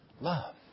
love